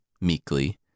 Meekly